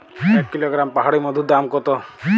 এক কিলোগ্রাম পাহাড়ী মধুর দাম কত?